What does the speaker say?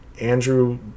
Andrew